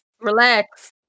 relax